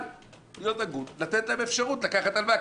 אבל להיות הגון - לתת להם אפשרות לקחת הלוואה.